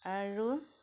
আৰু